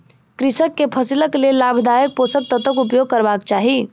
कृषक के फसिलक लेल लाभदायक पोषक तत्वक उपयोग करबाक चाही